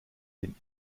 den